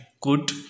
good